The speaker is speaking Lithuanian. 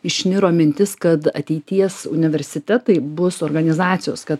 išniro mintis kad ateities universitetai bus organizacijos kad